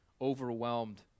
overwhelmed